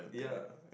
yeah